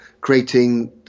creating